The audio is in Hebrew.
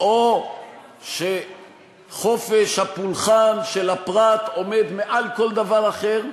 או שחופש הפולחן של הפרט עומד מעל כל דבר אחר,